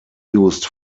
used